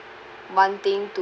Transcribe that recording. wanting to